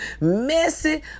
Messy